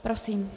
Prosím.